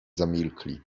zamilkli